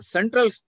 Central